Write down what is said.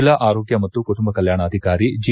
ಜಿಲ್ಲಾ ಆರೋಗ್ಯ ಮತ್ತು ಕುಟುಂಬ ಕಲ್ಕಾಣಾಧಿಕಾರಿ ಡಾ